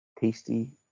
tasty